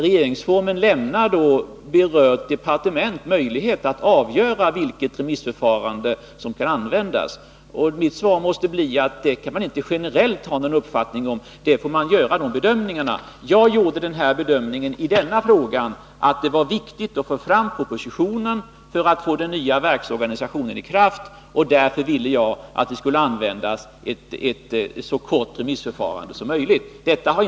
Regeringsformen lämnar då berört departement möjlighet att avgöra vilket remissförfarande som skall användas. Mitt svar måste bli att det kan man inte generellt ha någon uppfattning om, man får göra en bedömning. I denna fråga gjorde jag den bedömningen att det var viktigt att få fram propositionen för att få den nya verksorganisationen i kraft. Därför ville jag att ett så kort remissförfarande som möjligt skulle användas.